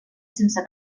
sense